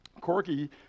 Corky